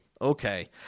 okay